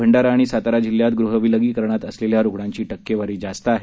भंडारा आणि सातारा जिल्ह्यात गृहविलगिरकरणात असलेल्या रुग्णांची टक्केवारी जास्त आहे